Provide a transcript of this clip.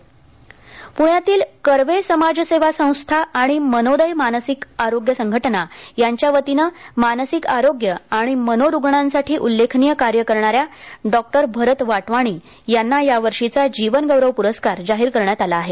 प्ण्यातील कर्वे समाज सेवा संस्था आणि मनोदय मानसिक आरोग्य संघटना याच्या वतीनं मानसिक आरोग्य आणि मनोरुग्णासाठी उल्लेखनीय काम करणाऱ्या डॉक्टर भरत वाटवाणी यांना यावर्षीचा जीवनगौरव प्रस्कार जाहीर करण्यात आला आहे